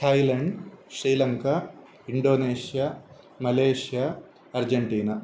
Thailand Sri Lanka Indonesia Malaysia Argentina